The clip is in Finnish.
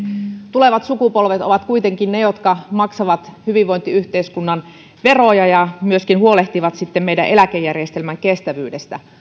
tulevat sukupolvet ovat kuitenkin ne jotka maksavat hyvinvointiyhteiskunnan veroja ja myöskin huolehtivat sitten meidän eläkejärjestelmän kestävyydestä